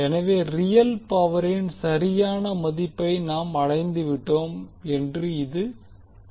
எனவே ரியல் பவரின் சரியான மதிப்பை நாம் அடைந்துவிட்டோம் என்று இது கூறுகிறது